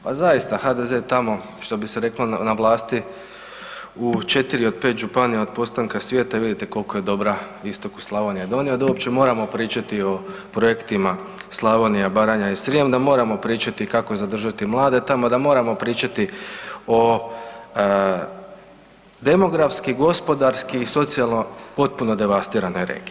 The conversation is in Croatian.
Pa zaista HDZ tamo što bi se reklo na vlasti u 4 od 5 županija od postanka svijeta i vidite koliko je dobra istoku Slavonije donio da uopće moramo pričati o projektima Slavonija, Baranja i Srijem, da moramo pričati kako zadržati mlade tamo, da moramo pričati o demografski, gospodarski i socijalno potpuno devastiranoj regiji.